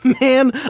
Man